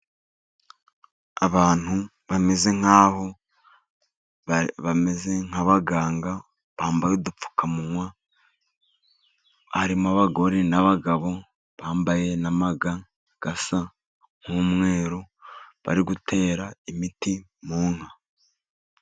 Abantu bameze nk'abaganga, bambaye udupfukamunwa, harimo abagore n'abagabo, bambaye n'amaga asa nk'umweru, bari gutera imiti mu nka.